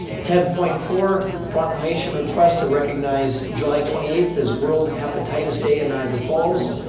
ten point four, proclamation request to recognize july twenty eighth as world hepatitis day in niagara falls.